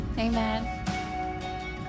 Amen